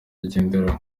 igenderaho